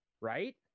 Right